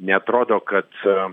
neatrodo kad